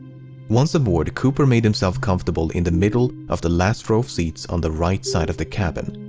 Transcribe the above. once aboard, cooper made himself comfortable in the middle of the last row of seats on the right side of the cabin.